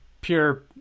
pure